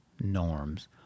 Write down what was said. norms